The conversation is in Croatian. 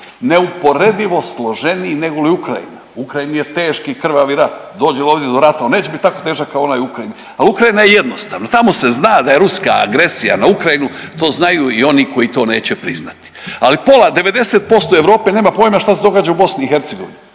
neuporedivo složeniji nego li Ukrajina. U Ukrajini je teški, krvavi rat. Dođe li ovdje do rata, on neće biti toliko težak kao onaj u Ukrajini ali Ukrajina je jednostavna. Tamo se zna da je ruska agresija na Ukrajinu to znaju i oni koji to neće priznati. Ali pola, 90% Europe nema pojma što se događa u BiH, a naročito